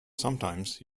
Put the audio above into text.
sometimes